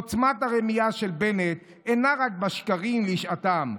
עוצמת הרמייה של בנט אינה רק בשקרים לשעתם.